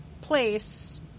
place